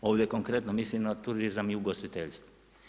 Ovdje konkretno mislim na turizam i ugostiteljstvo.